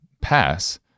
pass